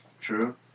True